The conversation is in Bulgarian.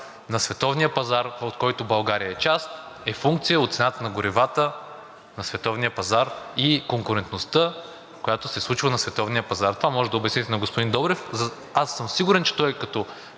на световния пазар, от който България е част, е функция от цената на горивата на световния пазар и конкурентността, която се случва на световния пазар. Това можете да обясните на господин Добрев. Аз съм сигурен, че той като